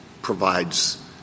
provides